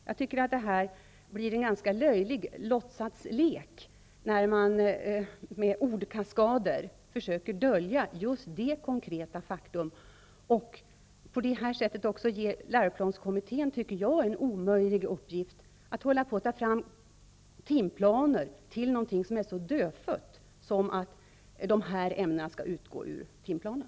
Jag tycker att det blir en ganska löjlig låtsaslek när man med ordkaskader försöker dölja just ett konkret faktum och, tycker jag, ger läroplanskommittén en omöjlig uppgift att ta fram timplaner till något som är så dödfött som att dessa ämnen skall utgå ur timplanen.